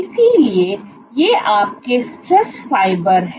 इसलिए ये आपके स्ट्रेस फाइबर हैं